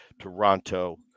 Toronto